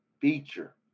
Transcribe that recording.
feature